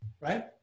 Right